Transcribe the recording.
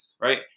right